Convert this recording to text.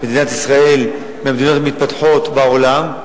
מדינת ישראל היא מהמדינות המתפתחות בעולם,